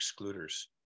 excluders